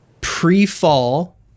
pre-fall